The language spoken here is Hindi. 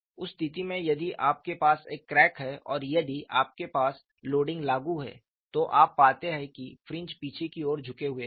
उस स्थिति में यदि आपके पास एक क्रैक है और यदि आपके पास लोडिंग लागू है तो आप पाते हैं कि फ्रिंज पीछे की ओर झुके हुए हैं